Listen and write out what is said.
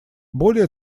более